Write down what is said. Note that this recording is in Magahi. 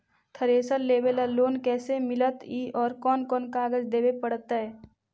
थरेसर लेबे ल लोन कैसे मिलतइ और कोन कोन कागज देबे पड़तै?